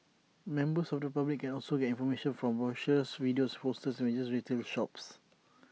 members of the public can also get information from brochures videos and posters in major retail shops